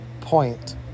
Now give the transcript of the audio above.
point